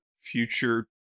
future